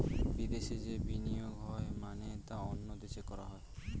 বিদেশে যে বিনিয়োগ হয় মানে তা অন্য দেশে করা হয়